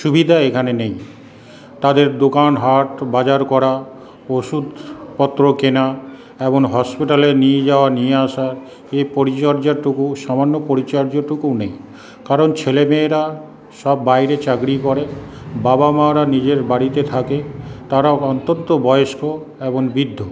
সুবিধা এখানে নেই তাদের দোকান হাট বাজার করা ওষুধপত্র কেনা এবং হসপিটালে নিয়ে যাওয়া নিয়ে আসা এই পরিচর্যাটুকু সামান্য পরিচর্যাটুকুও নেই কারণ ছেলেমেয়েরা সব বাইরে চাকরি করে বাবা মা রা নিজের বাড়িতে থাকে তারা অন্তত বয়স্ক এবং বৃদ্ধ